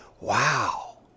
wow